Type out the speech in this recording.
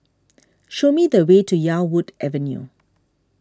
show me the way to Yarwood Avenue